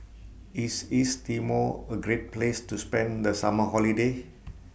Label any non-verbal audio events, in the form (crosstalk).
IS East Timor A Great Place to spend The Summer (noise) Holiday